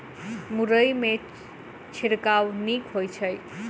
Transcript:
मुरई मे छिड़काव नीक होइ छै?